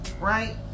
right